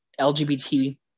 LGBT